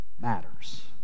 matters